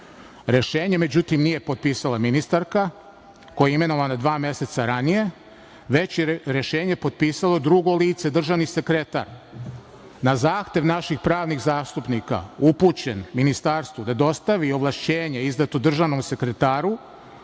Rešenje međutim nije potpisala ministarka, koja je imenovana dva meseca ranije, već je Rešenje potpisalo drugo lice, državni sekretar. Na zahtev naših pravnih zastupnika upućen Ministarstvu da dostavi ovlašćenje izdato državnom sekretaru